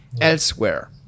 elsewhere